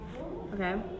Okay